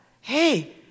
hey